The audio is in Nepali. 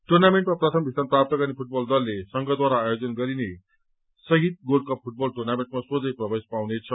टुर्नामेन्टमा प्रथम स्थन प्राप्त गर्ने फूटबल दलले संघद्वारा आयोजन गरिने शहिद गोलु कप फूटबल टुर्नामेन्टमा सोझै प्रवेश पाउने छ